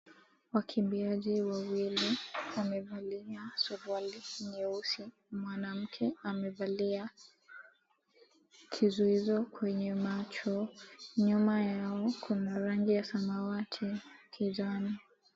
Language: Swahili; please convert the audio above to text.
Wakimbiaji wawili, wamevalia suruali nyeusi. Mwananmke amevalia, kizuizo kwenye macho. Nyuma yao kuna rangi ya samawati kijani.